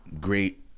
great